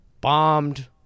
bombed